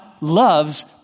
loves